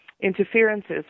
interferences